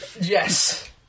yes